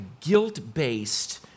guilt-based